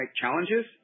challenges